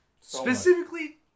specifically